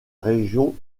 région